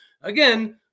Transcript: Again